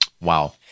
Wow